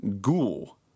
ghoul